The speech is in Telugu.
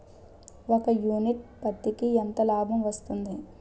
ఒక యూనిట్ పత్తికి ఎంత లాభం వస్తుంది?